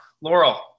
Laurel